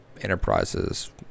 Enterprise's